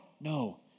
No